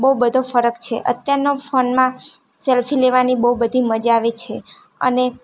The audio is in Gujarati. બહુ બધો ફરક છે અત્યારનો ફોનમાં સેલ્ફી લેવાની બહુ બધી મજા આવે છે અને